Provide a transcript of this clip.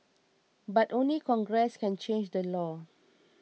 but only Congress can change the law